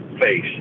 face